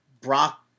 Brock